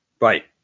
Right